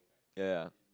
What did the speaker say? ya ya